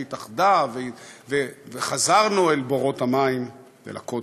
התאחדה וחזרנו אל בורות המים ואל הכותל.